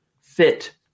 fit